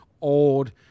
old